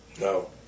No